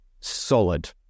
solid